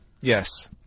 Yes